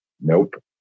Nope